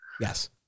Yes